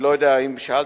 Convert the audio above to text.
אני לא יודע אם שאלת